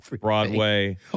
Broadway